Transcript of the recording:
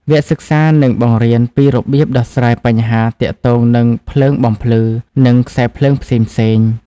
វគ្គសិក្សានឹងបង្រៀនពីរបៀបដោះស្រាយបញ្ហាទាក់ទងនឹងភ្លើងបំភ្លឺនិងខ្សែភ្លើងផ្សេងៗ។